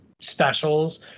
specials